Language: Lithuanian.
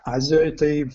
azijoj tai